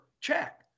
check